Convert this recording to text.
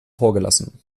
vorgelassen